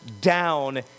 down